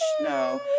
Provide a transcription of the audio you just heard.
No